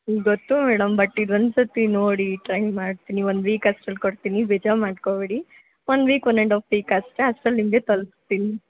ಹ್ಞೂ ಗೊತ್ತು madam but ಇದು ಒಂದು ಸರ್ತಿ ನೋಡಿ ಟ್ರೈ ಮಾಡ್ತೀನಿ ಒನ್ ವೀಕ್ ಅಷ್ಟ್ರಲ್ಲಿ ಕೊಡ್ತೀನಿ ಬೇಜಾರು ಮಾಡ್ಕೊಬೇಡಿ one week one and half week ಅಷ್ಟೆ ಅಷ್ಟ್ರಲ್ಲಿ ನಿಮಗೆ ತಲುಪಿಸ್ತೀನಿ